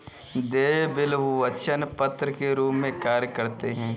देय बिल वचन पत्र के रूप में कार्य करते हैं